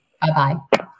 Bye-bye